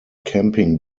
camping